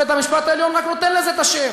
בית-המשפט העליון רק נותן לזה את השם.